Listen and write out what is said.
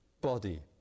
body